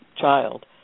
child